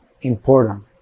important